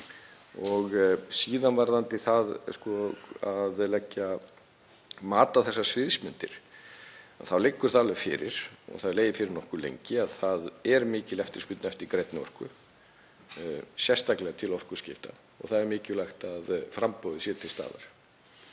Og síðan varðandi það að leggja mat á þessar sviðsmyndir þá liggur það alveg fyrir og hefur legið fyrir nokkuð lengi að það er mikil eftirspurn eftir grænni orku, sérstaklega til orkuskipta, og það er mikilvægt að framboðið sé til staðar.